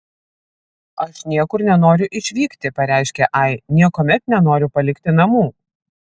aš niekur nenoriu išvykti pareiškė ai niekuomet nenoriu palikti namų